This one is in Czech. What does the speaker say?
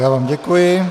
Já vám děkuji.